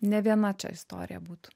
ne viena čia istorija būtų